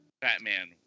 Batman